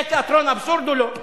זה תיאטרון אבסורד או לא?